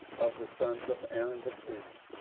of the sons of aaron the priests,